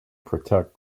protect